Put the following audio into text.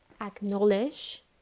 acknowledge